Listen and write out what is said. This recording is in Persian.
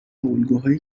الگوهای